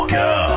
go